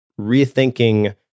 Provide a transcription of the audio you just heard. rethinking